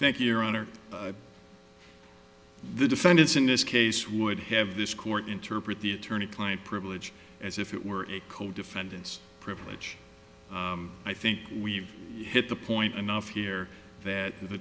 thank you your honor the defendants in this case would have this court interpret the attorney client privilege as if it were a cold defendant's privilege i think we've hit the point enough here that the